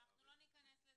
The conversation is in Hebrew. אבל אנחנו לא ניכנס לזה,